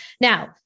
Now